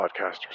podcasters